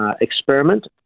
experiment